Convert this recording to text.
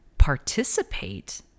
participate